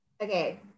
Okay